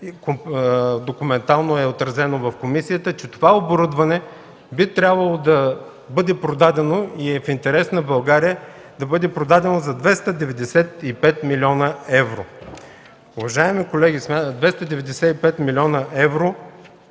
документално е отразено в комисията, че това оборудване би трябвало да бъде продадено и е в интерес на България да бъде продадено за 295 млн. евро. Уважаеми колеги, за 295 млн. евро